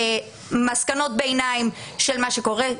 מסקנות ביניים של מה שקורה.